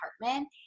apartment